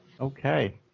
Okay